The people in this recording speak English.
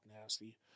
Nasty